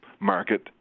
market